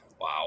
Wow